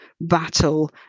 battle